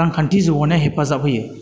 रांखान्थि जौगानाय हेफाजाब होयो